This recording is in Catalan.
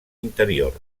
interior